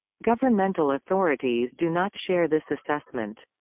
governmental authorities do not share this assessment.